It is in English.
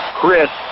Chris